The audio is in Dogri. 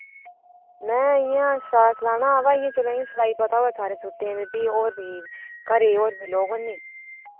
मैं इ'यां शरारा सलाना हा व इ'यां चलो सिई पता होऐ सारे सूटै दी ते फ्ही होर बी घरे दे होर बी लोग निं